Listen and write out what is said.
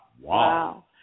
Wow